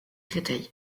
créteil